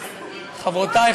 חברותי,